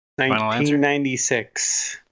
1996